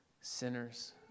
sinners